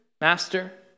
Master